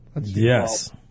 Yes